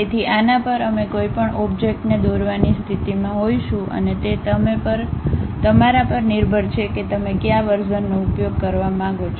તેથી આના પર અમે કોઈપણ ઓબ્જેક્ટને દોરવાની સ્થિતિમાં હોઈશું અને તે તમે પર નિર્ભર છે કે તમે કયા વર્ઝનનો ઉપયોગ કરવા માંગો છો